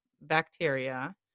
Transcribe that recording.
bacteria